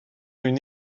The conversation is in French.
une